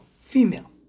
female